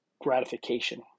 gratification